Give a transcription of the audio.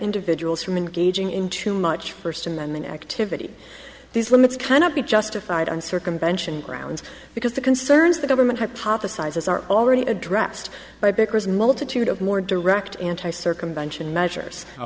individuals from engaging in too much first amendment activity these limits cannot be justified on circumvention grounds because the concerns the government hypothesizes are already addressed by because multitude of more direct anti circumvention measures